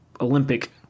Olympic